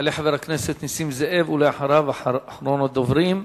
יעלה חבר הכנסת נסים זאב, ואחריו, אחרון הדוברים,